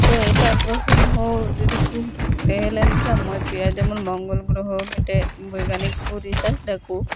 ᱛᱳ ᱮᱴᱟᱜ ᱜᱨᱚᱦᱚ ᱨᱮᱦᱚ ᱡᱩᱫᱤᱠᱚ ᱛᱮᱦᱮᱸᱞᱮᱱ ᱠᱷᱟᱱ ᱢᱚᱡᱽ ᱦᱩᱭᱩᱜᱼᱟ ᱡᱮᱢᱚᱱ ᱢᱚᱝᱜᱚᱞ ᱜᱨᱚᱦᱚ ᱢᱤᱫᱴᱮᱱ ᱵᱳᱭᱜᱟᱱᱤᱠ ᱠᱚ ᱨᱤᱥᱟᱨᱪ ᱮᱫᱟᱠᱚ